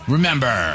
Remember